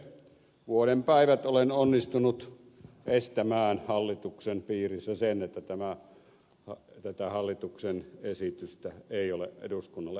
vuoden päivät olen onnistunut estämään hallituksen piirissä sen että tätä hallituksen esitystä ei ole eduskunnalle annettu